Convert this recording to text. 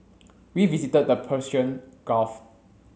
we visited the Persian Gulf